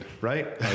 Right